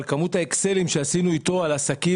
אבל כמות האקסלים שעשינו אתו על עסקים